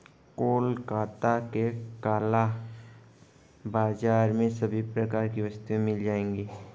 कोलकाता के काला बाजार में सभी प्रकार की वस्तुएं मिल जाएगी